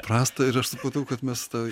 prasta ir aš supratau kad mes tą